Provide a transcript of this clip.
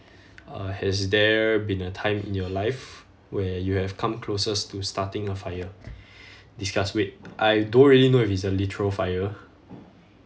uh has there been a time in your life where you have come closest to starting a fire discuss wait I don't really know if it's a literal fire